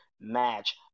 match